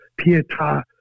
Pietà